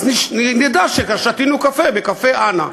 אז נדע ששתינו קפה בקפה אנה.